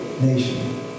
nation